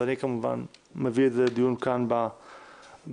אז אני כמובן מביא את זה לדיון כאן, בוועדה.